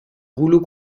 rouleau